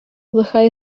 лиха